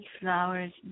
flowers